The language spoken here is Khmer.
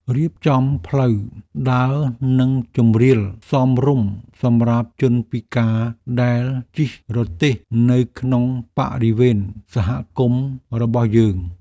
រៀបចំផ្លូវដើរនិងជម្រាលសមរម្យសម្រាប់ជនពិការដែលជិះរទេះនៅក្នុងបរិវេណសហគមន៍របស់យើង។